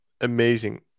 amazing